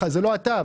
זה לא אתה.